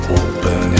open